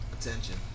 Attention